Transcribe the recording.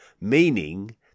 meaning